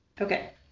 Okay